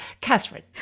Catherine